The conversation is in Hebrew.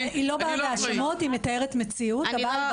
היא לא באה בהאשמות, היא מתארת מציאות, הבעל ברח.